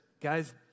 guys